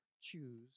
choose